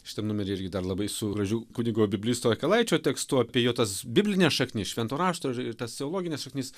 šitam numery irgi dar labai su gradžiu kunigo biblisto jakilaičio tekstu apie jo tas biblines šaknis švento rašto ir tas teologines šaknis